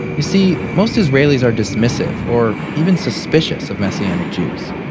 you see, most israelis are dismissive, or even suspicious, of messianic jews.